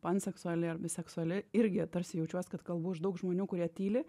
man seksuali ar biseksuali irgi tarsi jaučiuos kad kalbu už daug žmonių kurie tyli